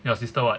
your sister [what]